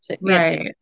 Right